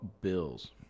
Bills